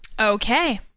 Okay